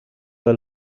del